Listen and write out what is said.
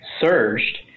surged